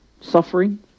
suffering